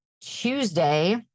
Tuesday